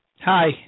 Hi